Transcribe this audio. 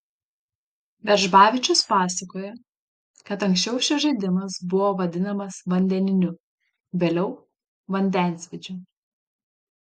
veržbavičius pasakoja kad anksčiau šis žaidimas buvo vadinamas vandeniniu vėliau vandensvydžiu